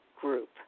group